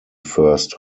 first